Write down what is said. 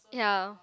ya